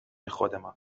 خودمان